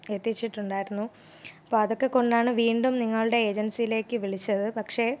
എത്തിച്ചിട്ടുണ്ടായിരുന്നു അപ്പോൾ അതൊക്കെക്കൊണ്ടാണ് വീണ്ടും നിങ്ങളുടെ ഏജൻസിയിലേക്ക് വിളിച്ചത് പക്ഷേ